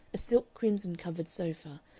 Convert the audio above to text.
a silk crimson-covered sofa,